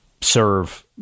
serve